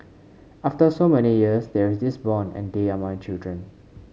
after so many years there is this bond they are my children